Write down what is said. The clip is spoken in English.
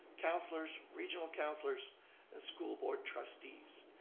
councilors, regional councilors and school board trustees.